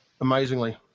amazingly